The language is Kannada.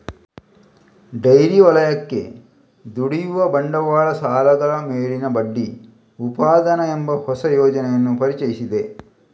ಡೈರಿ ವಲಯಕ್ಕೆ ದುಡಿಯುವ ಬಂಡವಾಳ ಸಾಲಗಳ ಮೇಲಿನ ಬಡ್ಡಿ ಉಪಾದಾನ ಎಂಬ ಹೊಸ ಯೋಜನೆಯನ್ನು ಪರಿಚಯಿಸಿದೆ